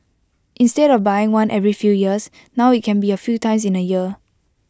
instead of buying one every few years now IT can be A few times in A year